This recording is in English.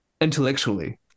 intellectually